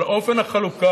אבל, אופן החלוקה,